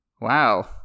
Wow